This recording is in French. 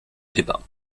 débats